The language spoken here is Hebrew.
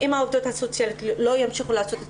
אם העובדות הסוציאליות לא ימשיכו לעשות את